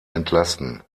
entlassen